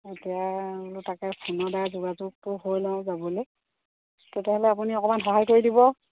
এতিয়া বোলো তাকে ফোনৰ দ্বাৰা যোগাযোগটো হৈ লওঁ যাবলৈ তেতিয়াহ'লে আপুনি অকণমান সহায় কৰি দিব